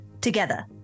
together